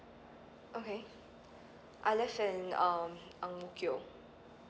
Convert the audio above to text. okay I live in uh ang mo kio